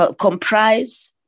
comprise